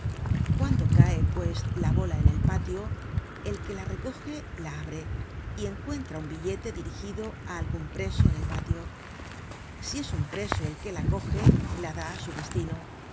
cuando cae pues la bola en el patio el que la recoge la abre y encuentra un billete dirigido á algun preso en el patio si es un preso el que la coge la da á su destino